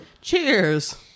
Cheers